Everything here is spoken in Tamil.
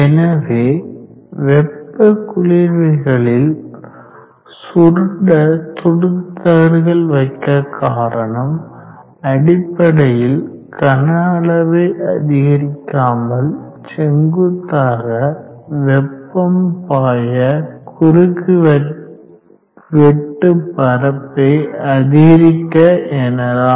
எனவே வெப்ப குளிர்விகளில் சுருண்ட துருத்து தகடுகள் வைக்க காரணம் அடிப்படையில் கனஅளவை அதிகரிக்காமல் செங்குத்தாக வெப்பம் பாய குறுக்கு வெட்டு பரப்பை அதிகரிக்க எனலாம்